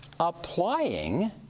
Applying